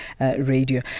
radio